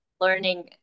learning